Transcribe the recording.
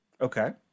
Okay